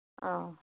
ꯑꯥ